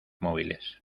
móviles